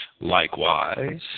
Likewise